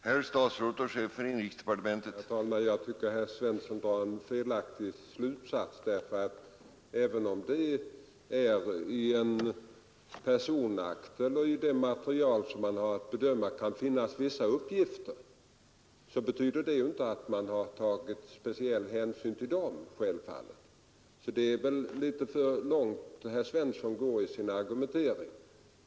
Herr talman! Jag tycker att herr Svensson i Malmö drar en felaktig slutsats, därför att även om det i en personakt eller i det material som man i övrigt har att bedöma kan finnas vissa uppgifter, så betyder det självfallet inte att man tar speciell hänsyn till dem. Herr Svensson går således litet för långt i sin argumentering.